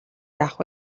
яах